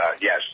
yes